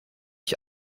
ich